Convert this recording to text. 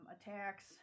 attacks